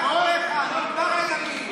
באמת, עד כדי כך אתה חושב שאתה כישרון?